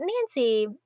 Nancy